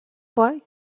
fois